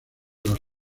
los